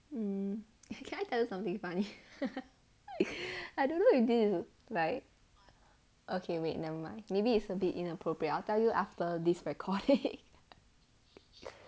hmm can I tell you something funny I don't know you did it like okay wait never mind maybe it's a bit inappropriate I'll tell you after this recording